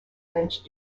bench